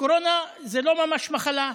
שקורונה זה לא ממש מחלה.